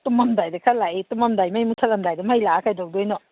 ꯇꯨꯃꯝꯗꯥꯏꯗ ꯈꯔ ꯂꯥꯛꯏ ꯇꯨꯝꯂꯝꯗꯥꯏ ꯃꯩ ꯃꯨꯠꯊꯠꯂꯝꯗꯥꯏꯗ ꯃꯩ ꯂꯥꯛꯑꯒ ꯀꯔꯤ ꯇꯧꯗꯣꯏꯅꯣ